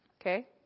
Okay